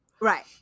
right